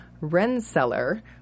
Rensselaer